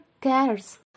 cares